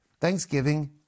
Thanksgiving